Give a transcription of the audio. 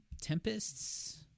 Tempests